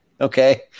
Okay